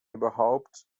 überhaupt